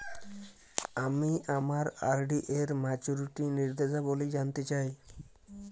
আমি আমার আর.ডি এর মাচুরিটি নির্দেশাবলী জানতে চাই